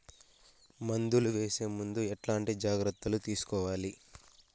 మందులు వేసే ముందు ఎట్లాంటి జాగ్రత్తలు తీసుకోవాలి?